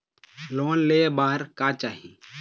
Loan ले बार का चाही?